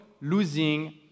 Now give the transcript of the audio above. losing